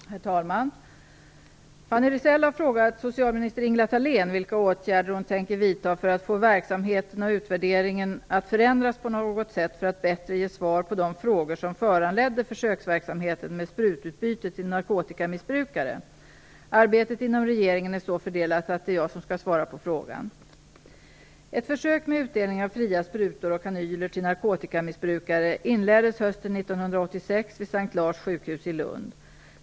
Herr talman! Fanny Rizell har frågat socialminister Ingela Thalén vilka åtgärder hon tänker vidta för att få verksamheten och utvärderingen att förändras på något sätt för att bättre ge svar på de frågor som föranledde försöksverksamheten med sprututbyte till narkotikamissbrukare. Arbetet inom regeringen är så fördelat att det är jag som skall svara på frågan. Ett försök med utdelning av fria sprutor och kanyler till narkotikamissbrukare inleddes hösten 1986 vid S:t Lars sjukhus i Lund.